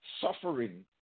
suffering